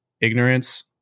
ignorance